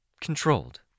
controlled